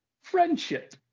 friendship